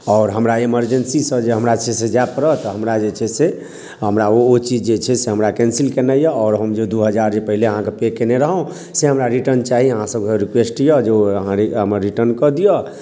आओर हमरा इमेरजेंसीसँ जे छै हमरा जे छै से जाय पड़त हमरा जे छै से हमरा ओ ओ चीज जे छै से हमरा कैंसिल केनाइ यऽ आओर हम जे दू हजार जे पहिले अहाँके पे कयने रहौ से हमरा रिटर्न चाही अहाँ सबके रिक्वेस्ट यऽ जे ओ हमरा रिटर्न कऽ दिअ